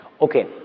Okay